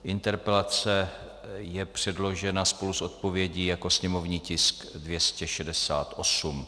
Interpelace je předložena spolu s odpovědí jako sněmovní tisk 268.